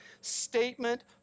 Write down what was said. statement